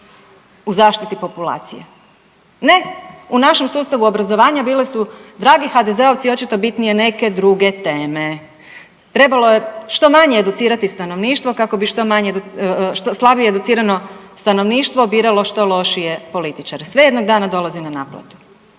u zaštiti populacije? Ne. U našem sustavu obrazovanja bili su, dragi HDZ-ovci, očito bitnije neke druge teme. Trebalo je što manje educirati stanovništvo kako bi što manje, slabije educirano stanovništvo biralo što lošije političare. Sve jednog dana dolazi na naplatu.